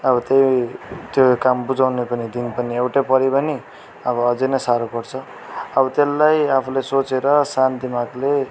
अब त्यही त्यो काम बुझाउने पनि दिन पनि एउटै परे पनि अब अझै नै साह्रो पर्छ अब त्यसलाई आफूले सोचेर शान्त दिमागले